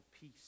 peace